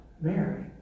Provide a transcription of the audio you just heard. Mary